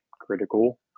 critical